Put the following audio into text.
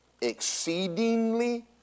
exceedingly